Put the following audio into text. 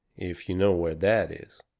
if you know where that is.